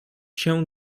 się